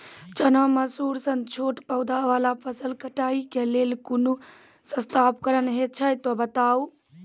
चना, मसूर सन छोट पौधा वाला फसल कटाई के लेल कूनू सस्ता उपकरण हे छै तऽ बताऊ?